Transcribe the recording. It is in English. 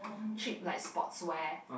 cheap like sportwears